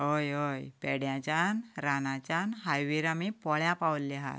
हय हय पेड्यांच्यान रानांतल्यान हायवेर आमी पोळ्यां पािवल्ले आसात